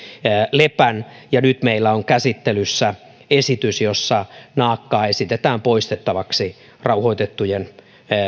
lepän ja nyt meillä on käsittelyssä esitys jossa naakkaa esitetään poistettavaksi rauhoitettujen